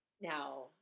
Now